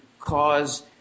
cause